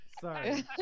Sorry